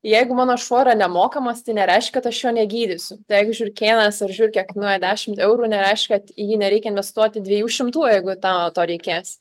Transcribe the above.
jeigu mano šuo yra nemokamas tai nereiškia kad aš jo negydysiu tai jeigu žiurkėnas ar žiurkė kainuoja dešimt eurų nereiškia kad į jį nereikia investuoti dviejų šimtų jeigu tau to reikės